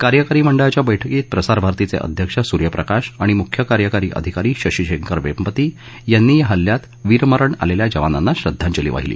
कार्यकारी मंडळाच्या बैठकीत प्रसारभारतीचे अध्यक्ष सूर्यप्रकाश आणि मुख्य कार्यकारी अधिकारी शशी शैखर वेम्पती यांनी या हल्ल्यात वीरमरण आलेल्या जवानांना श्रद्धांजली वाहिली